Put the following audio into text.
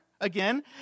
again